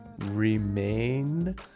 Remain